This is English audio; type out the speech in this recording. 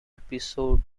episode